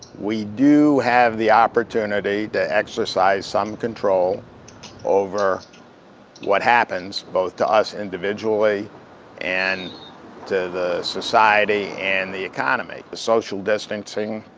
we do have the opportunity to exercise some control over what happens both to us individually and to the society and the economy. the social distancing,